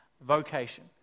vocation